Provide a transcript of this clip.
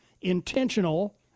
intentional